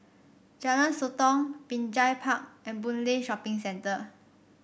Jalan Sotong Binjai Park and Boon Lay Shopping Centre